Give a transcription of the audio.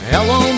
Hello